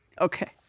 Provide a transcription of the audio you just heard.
Okay